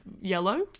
yellow